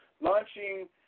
launching